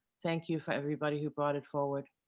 thank you for everybody who brought it forward.